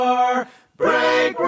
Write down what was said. Break